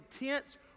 intense